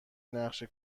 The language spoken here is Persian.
نقشه